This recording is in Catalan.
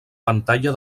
pantalla